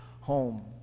home